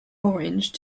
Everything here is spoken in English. orange